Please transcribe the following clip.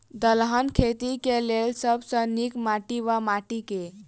दलहन खेती केँ लेल सब सऽ नीक माटि वा माटि केँ?